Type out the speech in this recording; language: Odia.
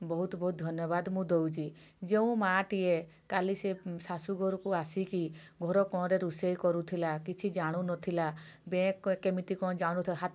ବହୁତ ବହୁତ ଧନ୍ୟବାଦ ମୁଁ ଦଉଛି ଯେଉଁ ମାଆଟିଏ କାଲି ସେ ଶାଶୂ ଘରକୁ ଆସିକି ଘର କଣରେ ରୋଷେଇ କରୁଥିଲା କିଛି ଜାଣୁ ନଥିଲା କେମିତି କ'ଣ ଯାଉ ନଥିଲା